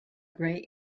grey